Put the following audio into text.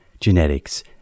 genetics